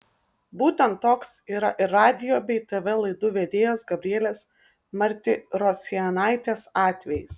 būtent toks yra ir radijo bei tv laidų vedėjos gabrielės martirosianaitės atvejis